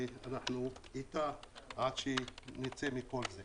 ואנחנו איתה, רק שנצא מכל זה.